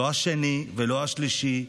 לא השני ולא השלישי,